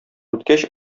үткәч